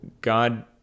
God